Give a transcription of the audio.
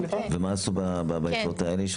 מה עשו ביתרות האלה?